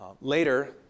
Later